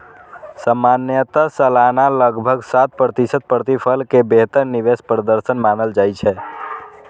सामान्यतः सालाना लगभग सात प्रतिशत प्रतिफल कें बेहतर निवेश प्रदर्शन मानल जाइ छै